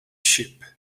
sheep